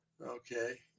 Okay